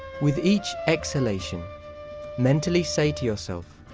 with each exhalation mentally say to yourself,